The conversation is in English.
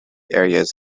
areas